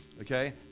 Okay